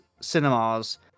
cinemas